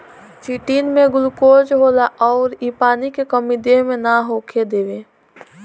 chitin में glucose होला अउर इ पानी के कमी देह मे ना होखे देवे